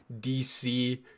DC